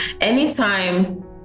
Anytime